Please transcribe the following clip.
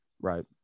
right